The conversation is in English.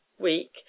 week